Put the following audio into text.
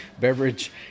beverage